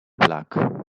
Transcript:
black